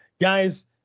guys